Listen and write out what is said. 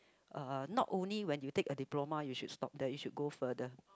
uh not only when you take a diploma you should stop there you should go further